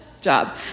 Job